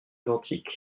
identiques